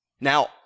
Now